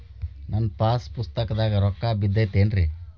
ನನ್ನ ಪಾಸ್ ಪುಸ್ತಕದಾಗ ರೊಕ್ಕ ಬಿದ್ದೈತೇನ್ರಿ?